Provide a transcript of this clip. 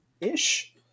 ish